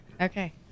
Okay